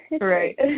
Right